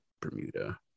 Bermuda